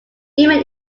even